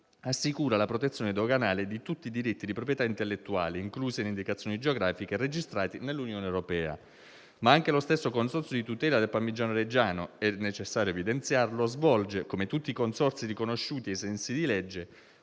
assicura la protezione doganale di tutti i diritti di proprietà intellettuale - incluse le indicazioni geografiche - registrati nell'Unione europea. Ma anche lo stesso Consorzio di tutela del Parmigiano Reggiano - è necessario evidenziarlo - svolge, come tutti i consorzi riconosciuti ai sensi di legge,